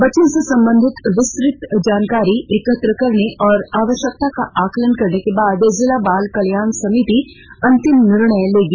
बच्चों से संबंधित विस्तृत जानकारी एकत्र करने और आवश्यकता का आंकलन करने के बाद जिला बाल कल्याण समिति अंतिम निर्णय लेगी